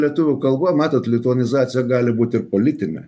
lietuvių kalba matot lituanizacija gali būti ir politinė